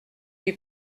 lui